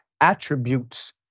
attributes